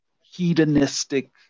hedonistic